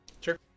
Sure